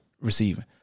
receiving